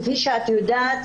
כפי שאת יודעת,